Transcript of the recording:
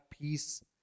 peace